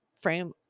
frame